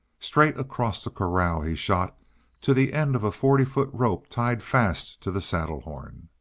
straight across the corral he shot to the end of a forty-foot rope tied fast to the saddle horn.